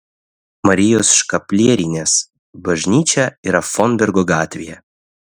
marijos škaplierinės bažnyčia yra fonbergo gatvėje